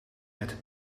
werd